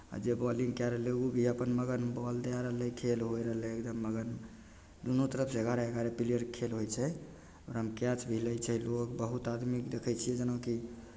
आ जे बॉलिंग कए रहलै ओ भी अपन मगन बॉल दए रहलै खेल होय रहलै एकदम मगन दुनू तरफसँ एगारह एगारह प्लेयर खेल होइ छै एकदम कैच भी लै छै लोक बहुत आदमीकेँ देखै छियै जेनाकि